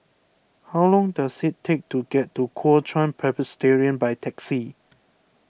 how long does it take to get to Kuo Chuan Presbyterian by taxi